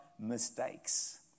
Mistakes